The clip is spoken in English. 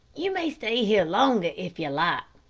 you may stay here longer if you like,